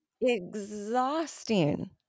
exhausting